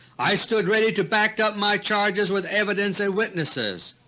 i stood ready to back up my charges with evidence and witnesses,